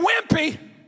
wimpy